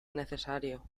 necesario